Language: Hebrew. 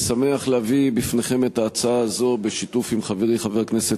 אנחנו ממשיכים עם הצעת חוק לתיקון פקודת התעבורה